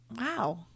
Wow